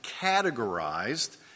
categorized